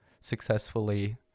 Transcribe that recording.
successfully